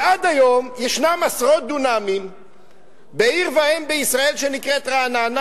ועד היום יש עשרות דונמים בעיר ואם בישראל שנקראת רעננה,